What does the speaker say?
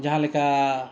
ᱡᱟᱦᱟᱸ ᱞᱮᱠᱟ